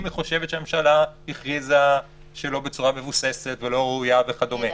אם היא חושבת שהממשלה הכריזה שלא בצורה מבוססת או בצורה ראויה וכדומה.